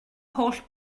holl